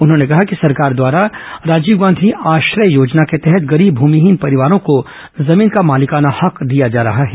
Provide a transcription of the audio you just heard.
उन्होंने कहा कि सरकार द्वारा राजीव गांधी आश्रय योजना के तहत गरीब भूमिहीन परिवारों को जमीन का मालिकाना हक दिया जा रहा है